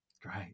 great